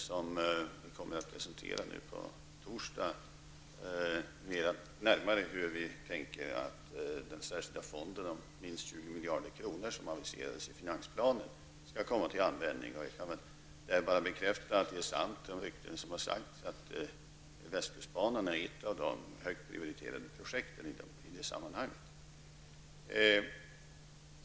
Vi kommer att närmare presentera, nu på torsdag, hur vi tänker att den särskilda fond på minst 20 miljarder kronor som aviserades i finansplanen skall komma till användning. Jag kan bekräfta att ryktena är sanna, nämligen att västkustbanan är ett av de högt prioriterade projekten i det sammanhanget.